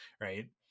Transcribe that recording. right